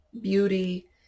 beauty